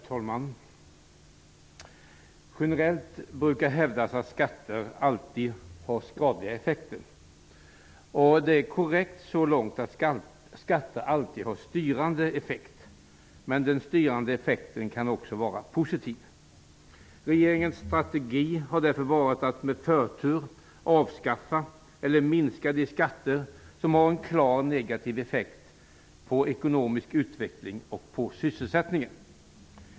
Herr talman! Generellt brukar hävdas att skatter alltid har skadliga effekter. Det är korrekt så långt att skatter alltid har styrande effekt, men den styrande effekten kan också vara positiv. Regeringens strategi har därför varit att med förtur avskaffa eller minska de skatter som har en klart negativ effekt på ekonomisk utveckling och på sysselsättning.